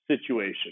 situation